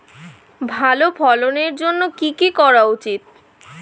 ভালো ফলনের জন্য কি কি করা উচিৎ?